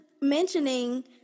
mentioning